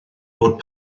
bod